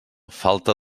falta